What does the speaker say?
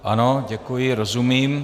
Ano, děkuji, rozumím.